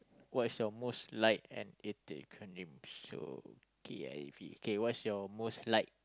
what's your most like and hated acronyms so K_I_V okay what's your most like